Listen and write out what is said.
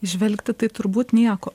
įžvelgti tai turbūt nieko